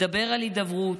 מדבר על הידברות.